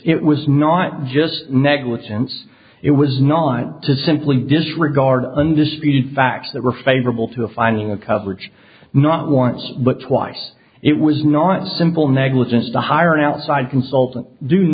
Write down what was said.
it was not just negligence it was not to simply disregard undisputed facts that were favorable to a finding of coverage not once but twice it was not simple negligence to hire an outside consultant do